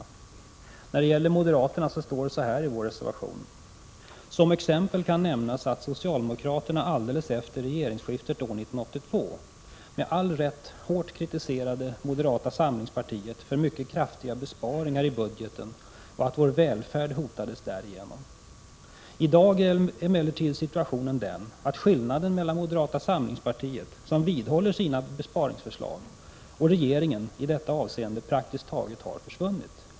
Om jämförelsen mellan moderaterna och socialdemokraterna står i vår reservation: ”Som exempel kan nämnas att socialdemokraterna alldeles efter regeringsskiftet år 1982 med all rätt hårt kritiserade moderata samlingspartiet för mycket kraftiga besparingar i budgeten och att vår välfärd hotades därigenom. I dag är emellertid situationen den, att skillnaden mellan moderata samlingspartiet, som vidhåller sina besparingsförslag, och regeringen i detta avseende praktiskt taget har försvunnit.